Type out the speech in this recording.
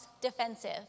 defensive